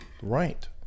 Right